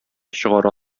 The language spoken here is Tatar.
чыгара